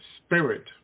spirit